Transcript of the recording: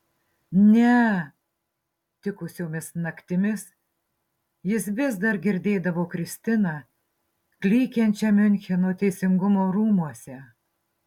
ne tikusiomis naktimis jis vis dar girdėdavo kristiną klykiančią miuncheno teisingumo rūmuose